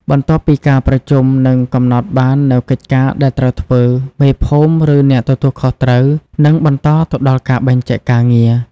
បន្ទាប់ពីការប្រជុំ និងកំណត់បាននូវកិច្ចការដែលត្រូវធ្វើ មេភូមិ ឬអ្នកទទួលខុសត្រូវ នឹងបន្តទៅដល់ការបែងចែកការងារ។